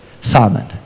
Simon